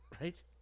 right